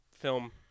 film